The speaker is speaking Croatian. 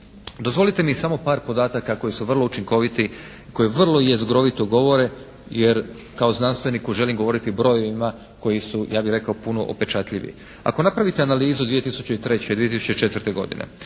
Dozvolite mi i samo par podataka koji su vrlo učinkoviti, koji vrlo jezgrovito govore jer kao znanstvenik želim govoriti brojevima koji su ja bih rekao puno upečatljiviji. Ako napravite analizu 2003., 2004. godine